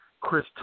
Chris